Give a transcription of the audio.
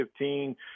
2015